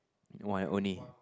one and only